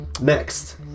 Next